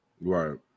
right